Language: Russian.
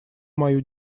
мою